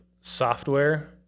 software